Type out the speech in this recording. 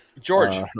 George